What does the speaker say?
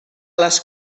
les